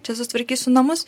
čia susitvarkysiu namus